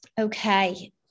Okay